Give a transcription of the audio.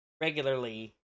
regularly